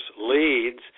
leads